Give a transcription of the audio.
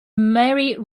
mary